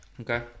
Okay